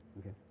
Okay